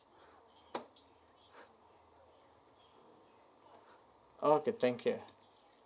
okay thank you